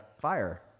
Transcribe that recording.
fire